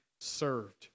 served